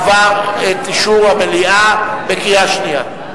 עבר את אישור המליאה בקריאה שנייה.